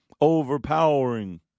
Overpowering